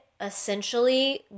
essentially